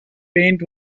paint